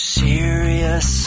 serious